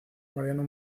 mariano